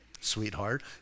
sweetheart